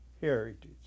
heritage